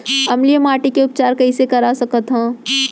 अम्लीय माटी के उपचार कइसे करवा सकत हव?